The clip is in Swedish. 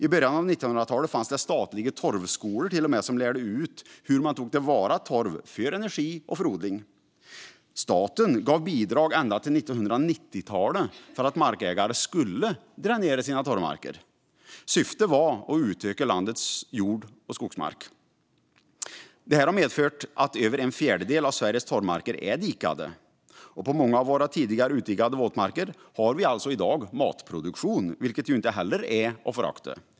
I början på 1900-talet fanns det till och med statliga torvskolor som lärde ut hur man tog till vara torv för energi och odling. Staten gav bidrag ända till 1990-talet för att markägare skulle dränera sina torvmarker. Syftet var att utöka landets jord och skogsmark. Det har medfört att över en fjärdedel av Sveriges torvmarker är dikade. På många av våra tidigare utdikade våtmarker har vi alltså i dag matproduktion, vilket inte heller är att förakta.